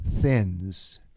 thins